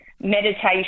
meditation